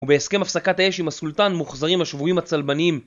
ובהסכם הפסקת האש עם הסולטן מוחזרים השבויים הצלבניים.